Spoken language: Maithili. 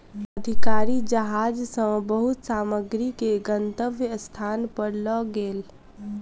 अधिकारी जहाज सॅ बहुत सामग्री के गंतव्य स्थान पर लअ गेल